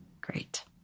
Great